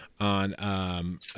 on